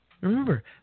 remember